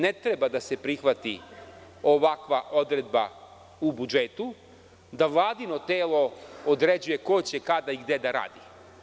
Ne treba da se prihvati ovakva odredba u budžetu da Vladino telo određuje ko će, kada i gde da radi.